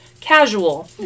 casual